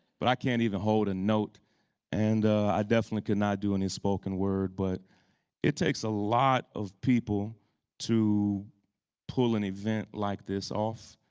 but i can't even hold a and note and i definitely could not do any spoken word. but it takes a lot of people to pull an event like this off.